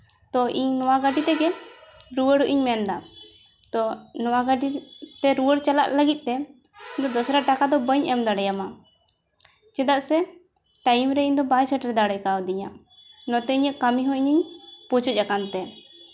ᱛᱚ ᱤᱧ ᱱᱚᱣᱟ ᱜᱟᱹᱰᱤ ᱛᱮᱜᱮ ᱨᱩᱣᱟᱹᱲᱚᱜ ᱤᱧ ᱢᱮᱱ ᱮᱫᱟ ᱛᱚ ᱱᱚᱣᱟ ᱜᱟᱹᱰᱤ ᱛᱮ ᱨᱩᱣᱟᱹᱲ ᱪᱟᱞᱟᱜ ᱞᱟᱹᱜᱤᱫ ᱛᱮ ᱤᱧ ᱫᱚ ᱫᱚᱥᱨᱟ ᱴᱟᱠᱟ ᱫᱚ ᱵᱟᱹᱧ ᱮᱢ ᱫᱟᱲᱮᱭᱟᱢᱟ ᱪᱮᱫᱟᱜ ᱥᱮ ᱴᱟᱭᱤᱢ ᱨᱮ ᱤᱧ ᱫᱚ ᱵᱟᱭ ᱥᱮᱴᱮᱨ ᱫᱟᱲᱮ ᱠᱟᱣᱫᱤᱧᱟ ᱚᱱᱟᱛᱮ ᱤᱧᱟᱹᱜ ᱠᱟᱹᱢᱤ ᱦᱚᱸ ᱤᱧᱤᱧ ᱯᱩᱪᱩᱡ ᱟᱠᱟᱱ ᱛᱮ